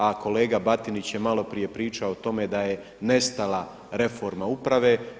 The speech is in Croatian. A kolega Batinić je malo prije pričao o tome da je nestala reforma uprave.